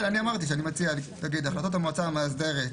אמרתי שאני מציע להגיד: החלטות המועצה המאסדרת